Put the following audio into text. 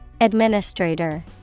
Administrator